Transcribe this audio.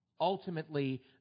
Ultimately